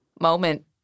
moment